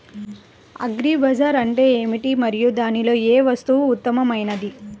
Agri bazaar అంటే ఏమిటి మరియు దానిలో ఏ వస్తువు ఉత్తమమైనది?